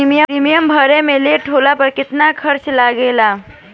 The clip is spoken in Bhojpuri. प्रीमियम भरे मे लेट होला पर केतना चार्ज लागेला?